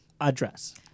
address